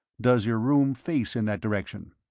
does your room face in that direction?